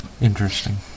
Interesting